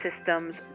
Systems